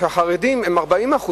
שהחרדים הם 40%,